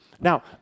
Now